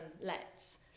lets